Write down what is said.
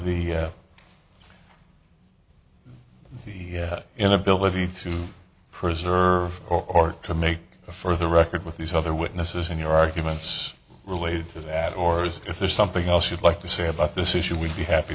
the the inability to preserve or to make a for the record with these other witnesses in your arguments related to that or if there's something else you'd like to say about this issue we'd be happy